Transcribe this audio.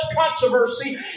controversy